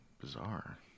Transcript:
Bizarre